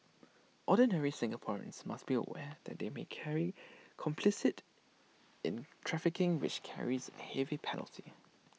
ordinary Singaporeans must be aware that they may be carry complicit in trafficking which carries A heavy penalty